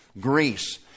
Greece